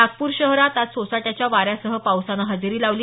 नागपूर शहरात आज सोसाट्याच्या वाऱ्यासह पावसानं हजेरी लावली